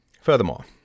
Furthermore